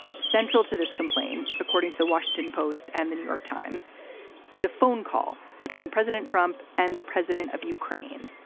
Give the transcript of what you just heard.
central to this complaint according to the washington post and the new york times is a phone call between president trump and the president of ukraine.